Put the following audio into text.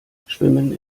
schwimmen